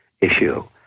issue